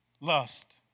Lust